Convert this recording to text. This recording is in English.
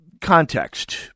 context